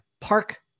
Park